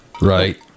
Right